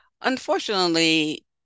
Unfortunately